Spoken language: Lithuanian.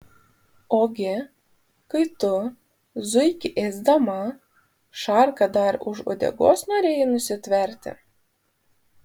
ogi kai tu zuikį ėsdama šarką dar už uodegos norėjai nusitverti